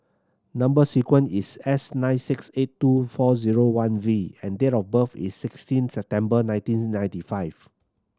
number sequence is S nine six eight two four zero one V and date of birth is sixteen September nineteen ninety five